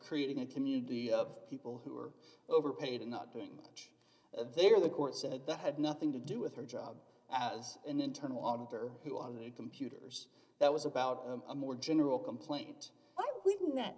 creating a community of people who were overpaid and not doing much there the court said that had nothing to do with her job as an internal author who on their computers that was about a more general complaint